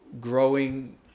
growing